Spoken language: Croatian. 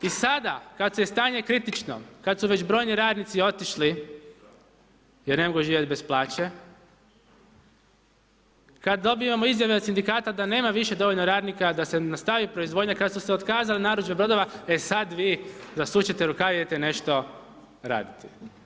I sada kad je stanje kritično, kad su već brojni radnici otišli, jer ne mogu živjeti bez plaće, kad dobivamo izjave od Sindikata da nema više dovoljno radnika da se nastavi proizvodnja, kad su se otkazale narudžbe brodova, e sad vi zasučete rukave i idete nešto raditi.